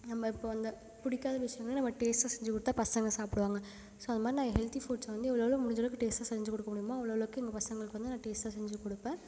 நம்ப இப்போ அந்த பிடிக்காத விஷியங்களை நம்ப டேஸ்ட்டாக செஞ்சிக் கொடுத்தா பசங்க சாப்பிடுவாங்க ஸோ அதை மாதிரி நான் ஹெல்த்தி ஃபுட்ஸை வந்து எவ்வளோ எவ்வளோ முடிஞ்ச அளவுக்கு டேஸ்ட்டாக செஞ்சு கொடுக்க முடியுமோ அவ்வளோ அவ்வளோக்கு எங்கள் பசங்களுக்கு வந்து நான் டேஸ்ட்டாக செஞ்சு கொடுப்பேன்